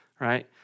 right